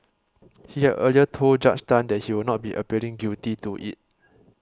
he had earlier told Judge Tan that he would not be pleading guilty to it